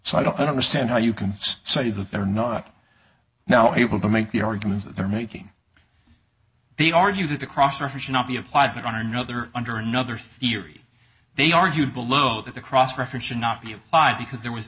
so i don't understand how you can say that they're not now able to make the arguments that they're making they argue that the cross for her should not be applied but on another under another theory they argued below that the cross reference should not be applied because there was